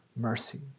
mercy